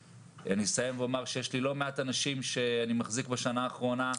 אסיים ואומר שיש לא מעט אנשים שאני מחזיק בשנה האחרונה.